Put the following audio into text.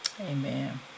Amen